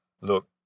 Look